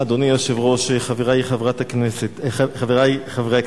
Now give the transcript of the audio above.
אדוני היושב-ראש, חברי חברי הכנסת,